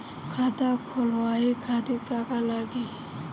खाता खोलवाए खातिर का का लागी?